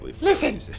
Listen